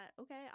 Okay